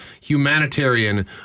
Humanitarian